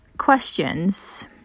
questions